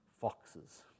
Foxes